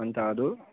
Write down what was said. अन्त अरू